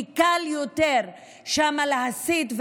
כי שם קל יותר להסית,